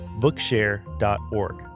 bookshare.org